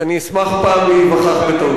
אז אני אשמח פעם להיווכח בטעותי.